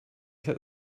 there